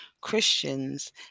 Christians